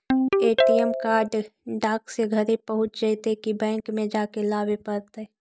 ATM card डाक से घरे पहुँच जईतै कि बैंक में जाके लाबे पड़तै?